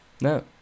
No